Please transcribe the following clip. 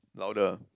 louder